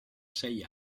sei